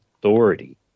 authority